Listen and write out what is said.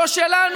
לא שלנו,